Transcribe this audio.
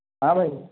ہاں بھائی